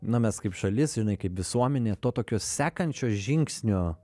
na mes kaip šalis žinai kaip visuomenė to tokio sekančio žingsnio